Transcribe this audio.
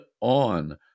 on